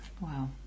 Wow